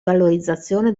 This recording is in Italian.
valorizzazione